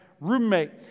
roommate